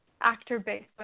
actor-based